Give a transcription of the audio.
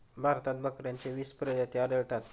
भारतात बकऱ्यांच्या वीस प्रजाती आढळतात